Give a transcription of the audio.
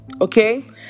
okay